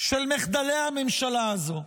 של מחדלי הממשלה הזו.